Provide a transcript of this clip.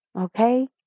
okay